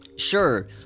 sure